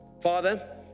Father